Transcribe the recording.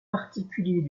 particulier